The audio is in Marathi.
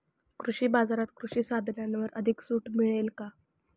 कृषी बाजारात कृषी साधनांवर अधिक सूट मिळेल का?